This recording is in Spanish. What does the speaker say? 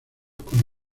con